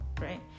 right